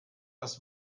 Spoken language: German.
das